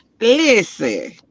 Listen